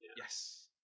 Yes